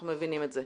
אנחנו מבינים את זה.